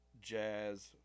jazz